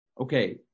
Okay